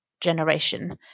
generation